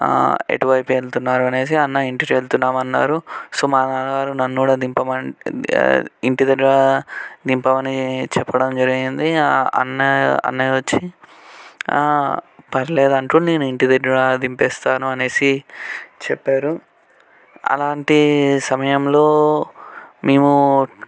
ఎటువైపు వెళుతున్నారు అనేసి అన్న ఇంటికి వెళుతున్నాము అన్నారు సో మా నాన్నగారు నన్ను కూడా దింపమని ఇంటి దగ్గర దింపమని చెప్పడం జరిగింది అన్న అన్నయ్య వచ్చి పర్లేదు అంకుల్ నేను ఇంటి దగ్గర దింపేస్తాను అనేసి చెప్పారు అలాంటి సమయంలో మేము